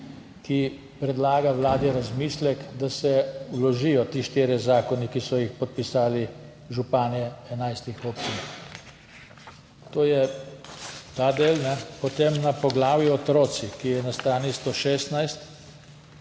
ki predlaga Vladi razmislek, da se vložijo ti štirje zakoni, ki so jih podpisali župani 11 občin. To je ta del. Na poglavje Otroci, ki je na strani 116,